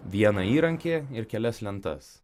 vieną įrankį ir kelias lentas